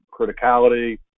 criticality